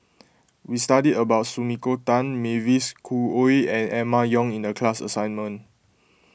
we studied about Sumiko Tan Mavis Khoo Oei and Emma Yong in the class assignment